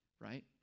right